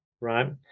right